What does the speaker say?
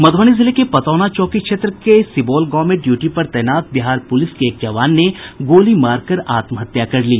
मध्रबनी जिले के पतौना चौकी क्षेत्र स्थित सिबौल गांव में ड्यूटी पर तैनात बिहार पुलिस के एक जवान ने गोली मारकर आत्महत्या कर ली